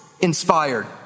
inspired